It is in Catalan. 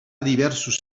diversos